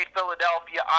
Philadelphia